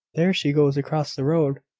there she goes across the road!